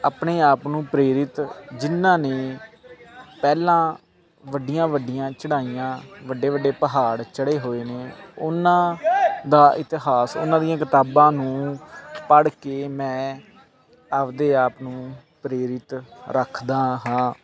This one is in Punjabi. ਆਪਣੇ ਆਪ ਨੂੰ ਪ੍ਰੇਰਿਤ ਜਿਨ੍ਹਾਂ ਨੇ ਪਹਿਲਾਂ ਵੱਡੀਆਂ ਵੱਡੀਆਂ ਚੜ੍ਹਾਈਆਂ ਵੱਡੇ ਵੱਡੇ ਪਹਾੜ ਚੜ੍ਹੇ ਹੋਏ ਨੇ ਉਹਨਾਂ ਦਾ ਇਤਿਹਾਸ ਉਹਨਾਂ ਦੀਆਂ ਕਿਤਾਬਾਂ ਨੂੰ ਪੜ੍ਹ ਕੇ ਮੈਂ ਆਪਣੇ ਆਪ ਨੂੰ ਪ੍ਰੇਰਿਤ ਰੱਖਦਾ ਹਾਂ